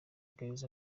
girls